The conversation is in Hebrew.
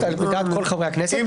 דעת כל חברי הכנסת אני חושב.